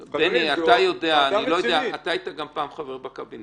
בני, אתה יודע, אתה היית גם פעם חבר בקבינט, נכון?